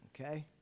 okay